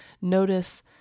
Notice